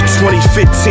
2015